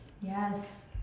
Yes